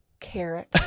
Carrot